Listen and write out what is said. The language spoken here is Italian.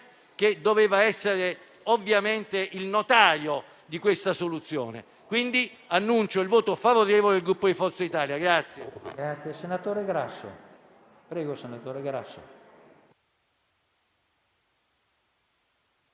che doveva essere ovviamente il notaio di questa soluzione. Annuncio pertanto il voto favorevole del Gruppo di Forza Italia.